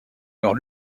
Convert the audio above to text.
leur